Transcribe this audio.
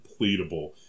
completable